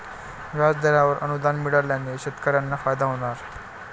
व्याजदरावर अनुदान मिळाल्याने शेतकऱ्यांना फायदा होणार